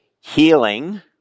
healing